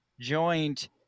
joined –